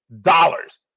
dollars